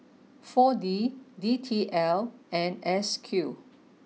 four D D T L and S Q